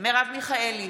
מרב מיכאלי,